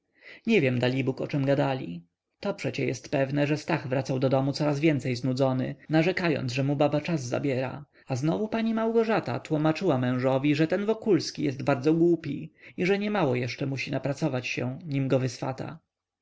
nie wiem dalibóg o czem gadali to przecie jest pewne że stach wracał do domu coraz więcej znudzony narzekając że mu baba czas zabiera a znowu pani małgorzata tłomaczyła mężowi że ten wokulski jest bardzo głupi i że niemało jeszcze musi napracować się nim go wyswata